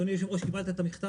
אדוני היושב-ראש, קיבלת את המכתב?